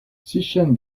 zwischen